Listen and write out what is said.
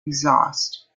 exhaust